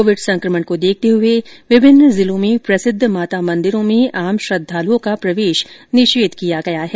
Covid संकमण को देखते हये विभिन्न जिलों में प्रसिद्ध माता मंदिरों में आम श्रद्धालुओं का प्रवेश निषेघ किया गया है